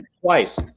twice